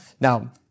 Now